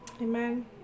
Amen